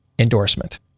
endorsement